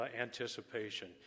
anticipation